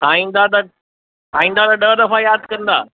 खाईंदा त खाईंदा त ॾह दफ़ा यादि कंदा